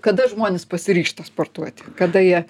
kada žmonės pasiryžta sportuoti kada jie